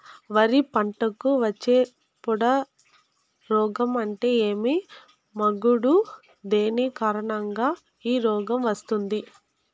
వరి పంటకు వచ్చే పొడ రోగం అంటే ఏమి? మాగుడు దేని కారణంగా ఈ రోగం వస్తుంది?